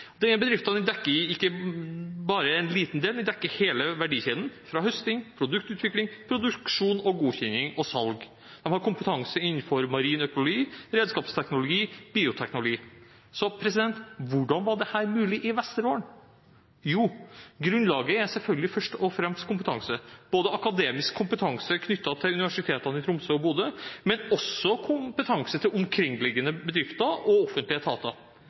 Denne bedriften dekker ikke bare en liten del, den dekker hele verdikjeden – fra høsting, produktutvikling, produksjon, godkjenning og til salg. De har kompetanse innenfor marin økologi, redskapsteknologi og bioteknologi. Hvordan var dette mulig i Vesterålen? Grunnlaget er selvfølgelig først og fremst kompetanse, både akademisk kompetanse knyttet til universitetene i Tromsø og Bodø og kompetanse hos omkringliggende bedrifter og offentlige etater.